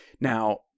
Now –